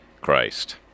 Christ